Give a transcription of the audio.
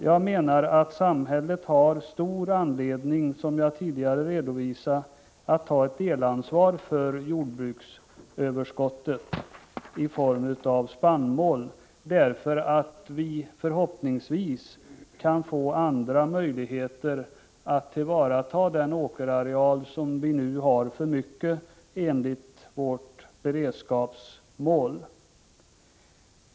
Jag menar att samhället har stor anledning, som jag tidigare redovisade, att ta ett delansvar för spannmålsöverskottet, så att vi förhoppningsvis kan få andra möjligheter att tillvarata den åkerareal som vi enligt vårt beredskapsmål nu har för mycket av.